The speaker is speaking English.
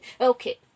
Okay